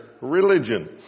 religion